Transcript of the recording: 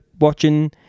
watching